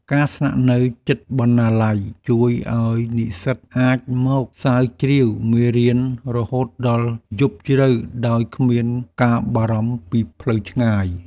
ការស្នាក់នៅជិតបណ្ណាល័យជួយឱ្យនិស្សិតអាចមកស្រាវជ្រាវមេរៀនរហូតដល់យប់ជ្រៅដោយគ្មានការបារម្ភពីផ្លូវឆ្ងាយ។